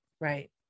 Right